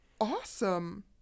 Awesome